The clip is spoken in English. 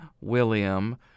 William